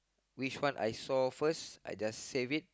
which one I saw first I just save it